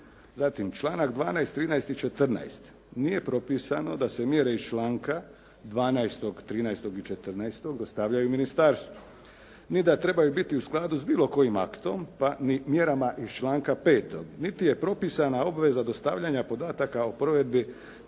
Zatim, članak 12., 13. i 14. nije propisano da se mjere iz članka 12., 13. i 14. dostavljaju ministarstvu ni da trebaju biti u skladu s bilo kojim aktom, pa ni mjerama iz članka 5., niti je propisana obaveza dostavljanja podataka o provedbi tih mjera